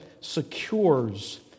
secures